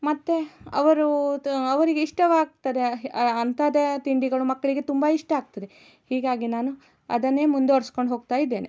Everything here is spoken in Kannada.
ಮತ್ತೆ ಅವರು ತೊ ಅವರಿಗೆ ಇಷ್ಟವಾಗ್ತದೆ ಅಂಥದ್ದೆ ತಿಂಡಿಗಳು ಮಕ್ಕಳಿಗೆ ತುಂಬ ಇಷ್ಟ ಆಗ್ತದೆ ಹೀಗಾಗಿ ನಾನು ಅದನ್ನೆ ಮುಂದುವರ್ಸ್ಕೊಂಡು ಹೋಗ್ತಾ ಇದ್ದೇನೆ